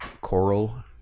coral